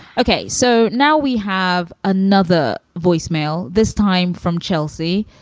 okay. so now we have another voicemail, this time from chelsea,